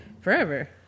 Forever